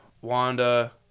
Wanda